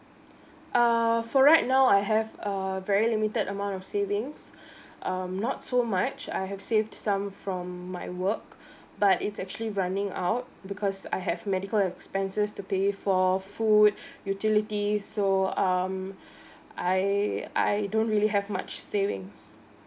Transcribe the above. err for right now I have a very limited amount of savings um not so much I have saved some from my work but it's actually running out because I have medical expenses to pay for food utility so um I I don't really have much savings